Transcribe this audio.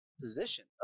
position